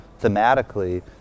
thematically